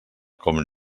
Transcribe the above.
com